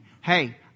Hey